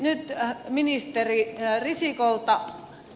kysyisin nyt ministeri risikolta